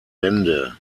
bände